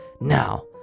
Now